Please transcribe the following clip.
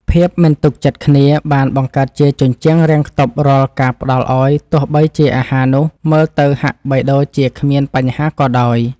ភាពមិនទុកចិត្តគ្នាបានបង្កើតជាជញ្ជាំងរាំងខ្ទប់រាល់ការផ្តល់ឱ្យទោះបីជាអាហារនោះមើលទៅហាក់បីដូចជាគ្មានបញ្ហាក៏ដោយ។